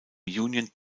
union